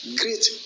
great